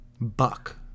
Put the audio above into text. buck